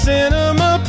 Cinema